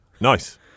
nice